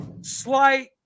slight